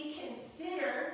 consider